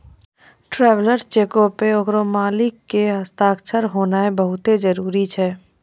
traveller चेको पे ओकरो मालिक के हस्ताक्षर होनाय बहुते जरुरी छै